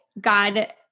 God